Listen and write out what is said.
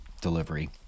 delivery